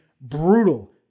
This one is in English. brutal